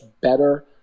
better